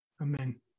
Amen